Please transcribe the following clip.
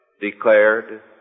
declared